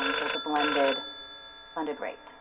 um so the blended funded rate.